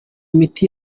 miti